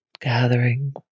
gathering